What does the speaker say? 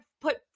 put